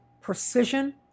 precision